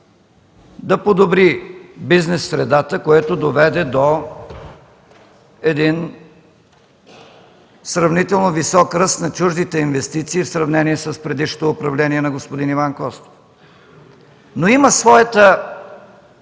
да подобри бизнес средата, което доведе до един сравнително висок ръст на чуждите инвестиции, в сравнение с предишното управление на господин Иван Костов, но има своя